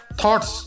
thoughts